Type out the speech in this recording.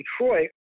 Detroit